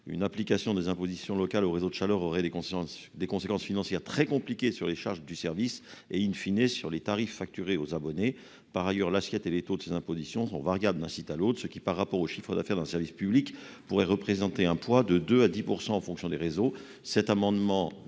une application des impositions locales aux réseaux de chaleur aurait des conséquences, des conséquences financières très compliqué sur les charges du service et, in fine, et sur les tarifs facturés aux abonnés par ailleurs l'assiette et les taux de ces impositions sont variables d'un site à l'autre, ce qui, par rapport au chiffre d'affaires dans le service public pourrait représenter un poids de 2 à 10 % en fonction des réseaux